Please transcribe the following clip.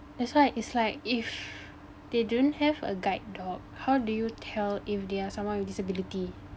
that's why it's like if they didn't have a guide dog how do you tell if they are someone with disability